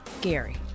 Gary